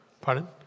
Pardon